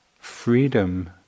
Freedom